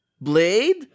Blade